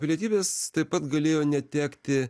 pilietybės taip pat galėjo netekti